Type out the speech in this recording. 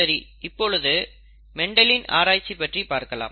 சரி இப்பொழுது மெண்டலின் ஆராய்ச்சி பற்றி பார்க்கலாம்